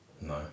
no